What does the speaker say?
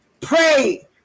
Pray